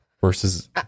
versus